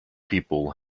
people